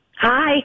Hi